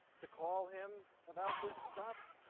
to call him about this stuff.